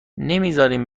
نمیزارین